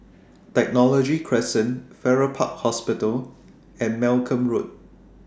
Technology Crescent Farrer Park Hospital and Malcolm Road